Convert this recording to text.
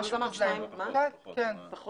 פחות.